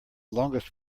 longest